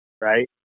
right